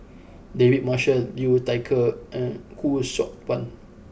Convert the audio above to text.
David Marshall Liu Thai Ker and Khoo Seok Wan